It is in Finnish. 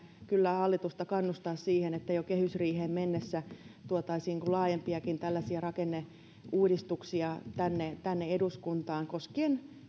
kyllä hallitusta kannustaa siihen että jo kehysriiheen mennessä tuotaisiin laajempiakin rakenneuudistuksia tänne tänne eduskuntaan koskien